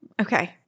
okay